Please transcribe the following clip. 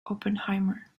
oppenheimer